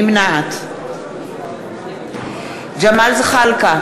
נמנעת ג'מאל זחאלקה,